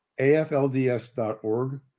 AFLDS.org